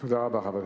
תודה רבה.